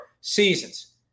seasons